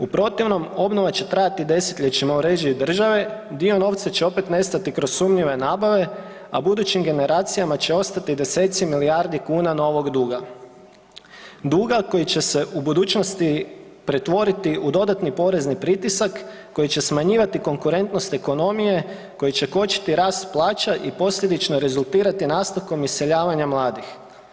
U protivnom obnova će trajati desetljećima u režiji države, dio novca će opet nestati kroz sumnjive nabave, a budućim generacijama će ostati deseci milijardi kuna novog duga, duga koji će se u budućnosti pretvoriti u dodatni porezni pritisak koji će smanjivati konkurentnost ekonomije, koji će kočiti rast plaća i posljedično rezultirati nastavkom iseljavanja mladih.